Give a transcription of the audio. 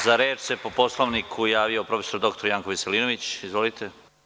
Za reč se po Poslovniku javio prof. dr Janko Veselinović, izvolite.